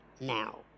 now